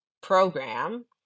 program